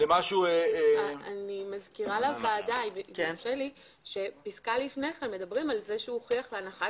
במקום (5)- - אני מזכירה לוועדה שפסקה לפני כן מזכירים שהוא הוכיח להנחת